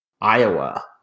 Iowa